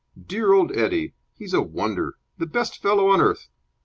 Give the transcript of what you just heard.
dear old eddie! he's a wonder! the best fellow on earth!